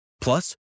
Plus